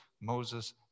moses